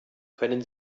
können